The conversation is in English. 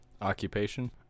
Occupation